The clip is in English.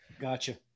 Gotcha